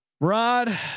rod